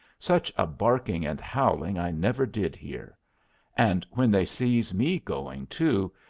such a barking and howling i never did hear and when they sees me going, too,